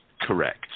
correct